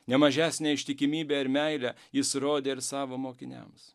ne mažesnę ištikimybę ir meilę jis rodė ir savo mokiniams